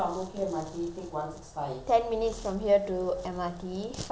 ten minutes from here to M_R_T five minutes from M_R_T to